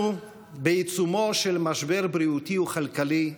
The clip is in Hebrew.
אנחנו בעיצומו של משבר בריאותי וכלכלי בין-לאומי,